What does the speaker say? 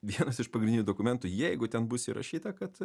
vienas iš pagrindinių dokumentų jeigu ten bus įrašyta kad